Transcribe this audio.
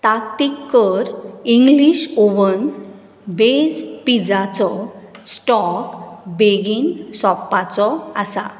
ताकतीक कर English oven base pizza चो स्टॉक बेगीन सोंपपाचो आसा